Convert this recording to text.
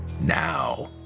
Now